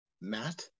Matt